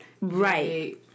right